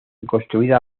construida